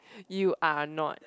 you are not